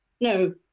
No